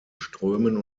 strömen